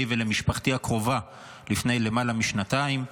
ולמשפחתי הקרובה לפני למעלה משנתיים.